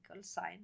sign